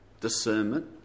discernment